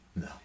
No